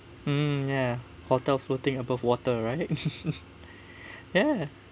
mm ya hotel floating above water right ya